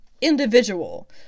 individual